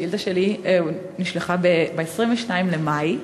השאילתה שלי נשלחה ב-22 במאי,